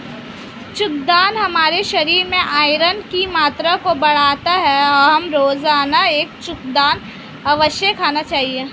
चुकंदर हमारे शरीर में आयरन की मात्रा को बढ़ाता है, हमें रोजाना एक चुकंदर अवश्य खाना चाहिए